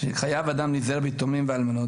"חייב אדם להיזהר ביתומים ואלמנות",